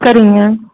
சரிங்க